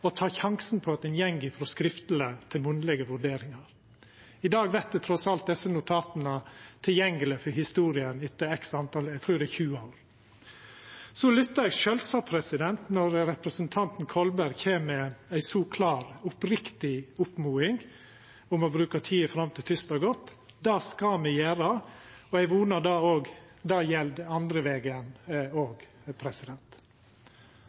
ta sjansen på at ein går frå skriftlege til munnlege vurderingar. I dag vert trass alt desse notata tilgjengelege for historia etter x antal år – eg trur det er 20. Så lyttar eg sjølvsagt når representanten Kolberg kjem med ei så klar, oppriktig oppmoding om å bruka tida fram til tysdag godt. Det skal me gjera, og eg vonar det gjeld den andre vegen